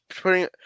putting